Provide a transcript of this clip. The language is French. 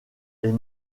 est